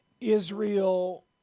Israel